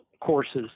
courses